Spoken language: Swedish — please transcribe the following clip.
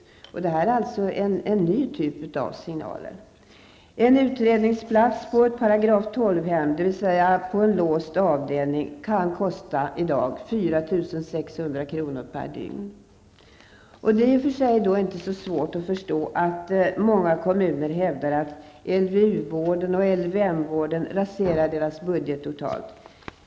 Det är en ny typ av signaler. En utredningsplats på ett § 12-hem, dvs. på en låst avdelning, kan i dag kosta 4 600 kr. per dygn. Det är i och för sig inte så svårt att förstå att många kommuner hävdar att LVU-vården och LVM-vården raserar deras budget totalt.